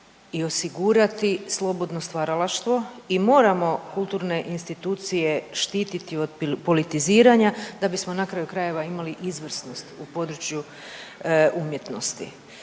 i osigurati slobodno stvaralaštvo i moramo kulturne institucije štititi od politiziranja da bismo na kraju krajeva imali izvrsnost u području umjetnosti.